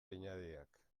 pinadiak